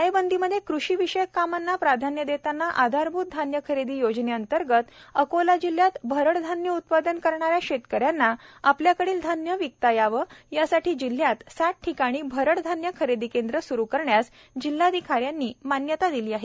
टाळेबंदी मध्ये कृषि विषयक कामांना प्राध्यान देताना आधारभूत धान्य खरेदी योजने अंतर्गत अकोला जिल्ह्यात भरडधान्य उत्पादन करणाऱ्या शेतकऱ्यांना आपल्याकडील धान्य विकता यावे यासाठी जिल्ह्यात सात ठिकाणी भरडधान्य खरेदी केंद्र स्रु करण्यास जिल्हाधिकारी जितेंद्र पापळकर यांनी मान्यता दिली आहे